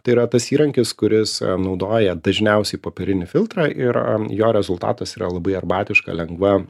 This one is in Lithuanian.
tai yra tas įrankis kuris naudoja dažniausiai popierinį filtrą ir jo rezultatas yra labai arbatiška lengva